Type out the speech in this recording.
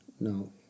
no